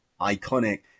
iconic